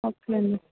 okay అండి